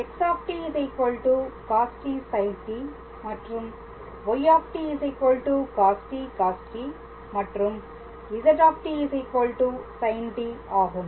x cost sint மற்றும் y cost cost மற்றும் z sint ஆகும்